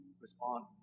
respond